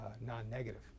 non-negative